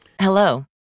Hello